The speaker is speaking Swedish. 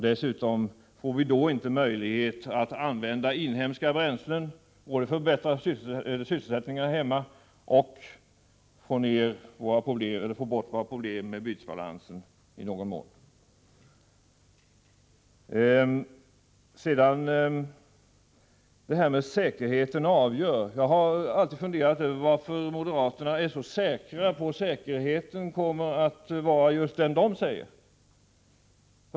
Dessutom får vi då inte möjlighet att använda inhemska bränslen, vilket vore värdefullt både för att förbättra sysselsättningen här hemma och för att i någon mån få bukt med våra problem med bytesbalansen. Säkerheten avgör, säger Per-Richard Molén. Jag har alltid funderat över varför moderaterna är så övertygade om att säkerheten kommer att vara just sådan som de säger.